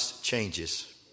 changes